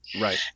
Right